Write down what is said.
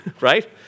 Right